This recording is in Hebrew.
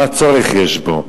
מה צורך יש בו.